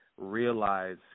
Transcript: realize